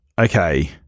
Okay